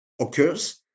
occurs